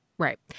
Right